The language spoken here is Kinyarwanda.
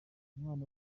umwana